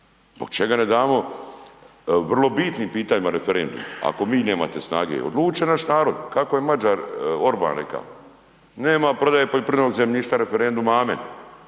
Zbog čega ne damo vrlo bitnim pitanjima referendum? Ako vi nemate snage odlučit će naš narod. Kako je Mađar Orban rekao, nema prodaje poljoprivrednog zemljišta referendum amen,